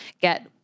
get